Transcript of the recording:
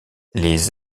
les